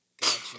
Gotcha